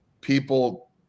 people